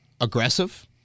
aggressive